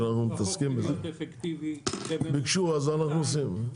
ביקשו, אז אנחנו עושים.